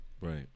right